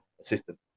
assistant